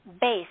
base